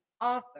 author